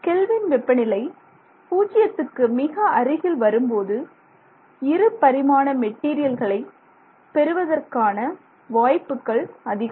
kelvin வெப்பநிலை பூஜ்யத்துக்கு மிக அருகில் வரும்போது இருபரிமாண மெட்டீரியல்களை பெறுவதற்கான வாய்ப்புகள் அதிகம்